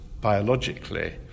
biologically